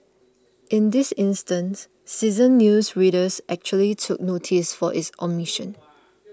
in this instance seasoned news readers actually took noticed of this omission